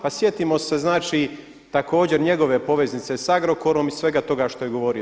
Pa sjetimo se, znači također njegove poveznice sa Agrokorom i svega toga što je govorio.